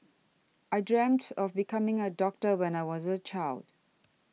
I dreamt of becoming a doctor when I was a child